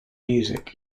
music